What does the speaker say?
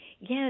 Yes